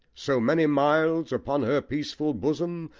so many miles upon her peaceful bosom,